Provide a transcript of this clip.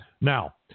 Now